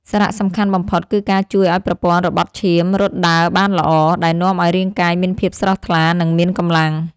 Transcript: សារៈសំខាន់បំផុត គឺការជួយឱ្យប្រព័ន្ធរបត់ឈាមរត់ដើរបានល្អ ដែលនាំឱ្យរាងកាយមានភាពស្រស់ថ្លា និងមានកម្លាំង។